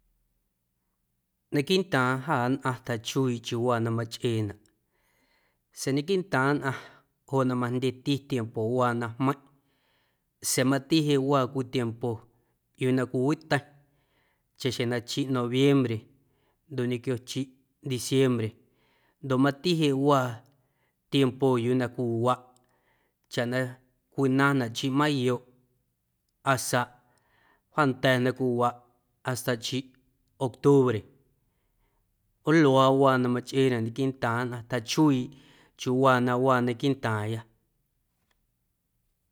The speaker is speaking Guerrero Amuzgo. Naquiiꞌntaaⁿ jâ nnꞌaⁿ tjachuiiꞌ chiuuwaa na machꞌeenaꞌ sa̱a̱ naquiiꞌntaaⁿ nnꞌaⁿ joꞌ na majndyeti tiempowaa na jmeiⁿꞌ sa̱a̱ mati jeꞌ waa cwii tiempo yuu na cwiiwiteiⁿ chaꞌxjeⁿ na chiꞌ noviembre ndoꞌ ñequio chiꞌ diciembre ndoꞌ mati jeꞌ waa tiempo yuu na cwiwaꞌ chaꞌ na cwinaⁿnaꞌ chiꞌ mayoꞌ hasta wjaanda̱ na cwiwaꞌ hasta chiꞌ octubre joꞌ luaaꞌwaa na machꞌeenaꞌ quiiꞌntaaⁿ nnꞌaⁿ tjachuiiꞌ chiuuwaa na waa naquiiꞌntaaⁿya.